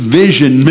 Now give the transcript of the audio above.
vision